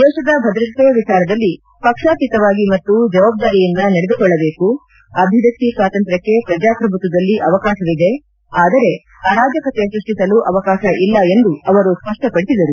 ದೇಶದ ಭದ್ರತೆ ವಿಚಾರದಲ್ಲಿ ಪಕ್ಷಾತೀತವಾಗಿ ಮತ್ತು ಜವಾಬ್ದಾರಿಯಿಂದ ನಡೆದುಕೊಳ್ಳಬೇಕು ಅಭಿವ್ಯಕ್ತಿ ಸ್ವಾತಂತ್ರ್ಯಕ್ಷ ಪ್ರಜಾಪ್ರಭುತ್ವದಲ್ಲಿ ಅವಕಾಶವಿದೆ ಆದರೆ ಅರಾಜಕತೆ ಸೃಷ್ಠಿಸಲು ಅವಕಾಶ ಇಲ್ಲ ಎಂದು ಅವರು ಸ್ಪಷ್ಟಪಡಿಸಿದರು